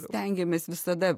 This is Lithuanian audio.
stengiamės visada